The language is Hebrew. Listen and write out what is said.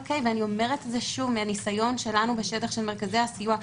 ואני אומרת את זה שוב מהניסיון שלנו מהשטח של מרכזי הסיוע,